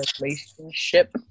relationship